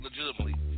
Legitimately